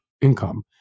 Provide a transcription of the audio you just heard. income